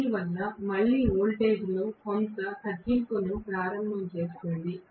దీనివల్ల మళ్ళీ వోల్టేజ్లోకి కొంత తగ్గింపును ప్రారంభం చేస్తుంది